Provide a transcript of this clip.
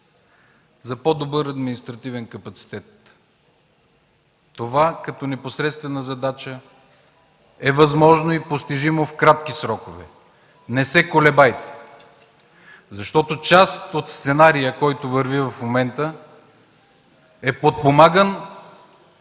за по-добър административен капацитет. Това, като непосредствена задача, е възможно и постижимо в кратки срокове. Не се колебайте, защото част от сценария, който върви в момента, е подпомаган